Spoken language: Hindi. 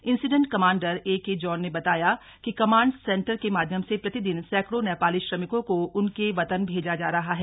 incident commander A K John ने बताया कि कंमाड सेंटर के माध्यम से प्रतिदिन सैकड़ों नेपाली श्रमिकों को उनके वतन भेजा जा रहा है